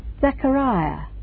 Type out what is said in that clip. Zechariah